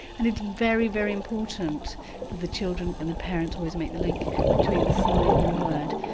and it's very, very important that the children and the parents always make the link between the sign and the word.